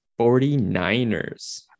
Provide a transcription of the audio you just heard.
49ers